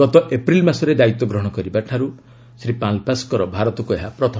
ଗତ ଏପ୍ରିଲ୍ ମାସରେ ଦାୟିତ୍ୱ ଗ୍ରହଣ କରିବା ପରଠାରୁ ଶ୍ରୀ ପାଲ୍ପାସଙ୍କର ଭାରତକୁ ଏହା ପ୍ରଥମ ଗସ୍ତ